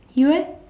you leh